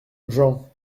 jean